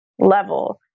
level